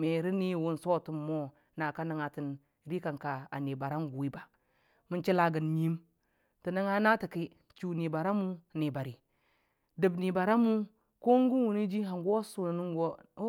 mərani sotanmo naka nangnatan iri kanka nibariyangʊwi ba man chalagan ngʊim ta nangnga natə ki ta chʊ ni bariyamʊ nibari man faʊ mo ko gan wʊnəji hamgʊ a sʊwərə.